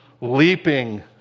leaping